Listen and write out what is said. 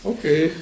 Okay